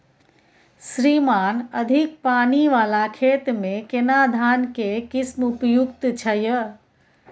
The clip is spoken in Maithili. श्रीमान अधिक पानी वाला खेत में केना धान के किस्म उपयुक्त छैय?